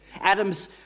Adam's